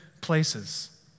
places